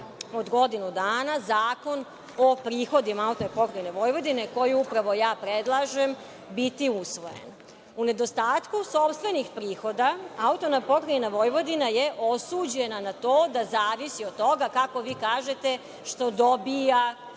od godinu dana Zakon o prihodima AP Vojvodine, koji upravo ja predlažem, biti usvojen. U nedostatku sopstvenih prihoda AP Vojvodina je osuđena na to da zavisi od toga, kako vi kažete, što dobija